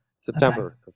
September